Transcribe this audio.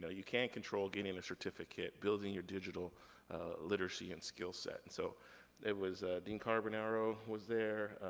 ah you can control getting a certificate, building your digital literacy and skill set. and so it was, dean carbonaro was there,